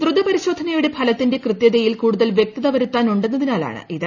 ദ്രുത പരിശോധനയുടെ ഫലത്തിന്റെ കൃത്യതയിൽ കൂടുതൽ വ്യക്തത വരുത്താൻ ഉണ്ടെന്നതിനാലാണ് ഇത്